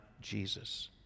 Jesus